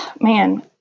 man